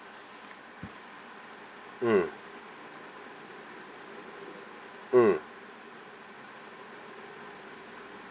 mm mm